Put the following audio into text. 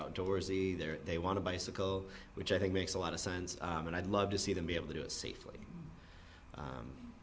in doors either they want to bicycle which i think makes a lot of sense and i'd love to see them be able to do it safely